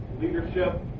leadership